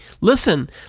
Listen